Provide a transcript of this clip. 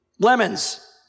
lemons